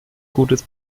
gutes